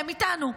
הם איתנו,